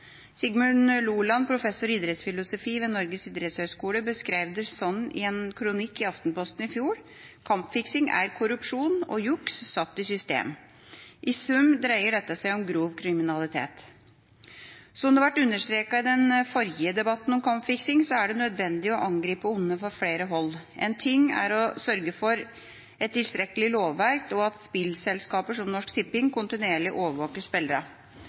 Loland, professor i idrettsfilosofi ved Norges idrettshøgskole, beskrev det slik i en kronikk i Aftenbladet i fjor: «Kampfiksing er korrupsjon og juks satt i system.» I sum dreier dette seg om grov kriminalitet. Som det har vært understreket i den forrige debatten om kampfiksing, er det nødvendig å angripe ondet fra flere hold – én ting er å sørge for et tilstrekkelig lovverk og at spillselskaper som Norsk Tipping kontinuerlig overvåker